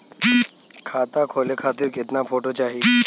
खाता खोले खातिर केतना फोटो चाहीं?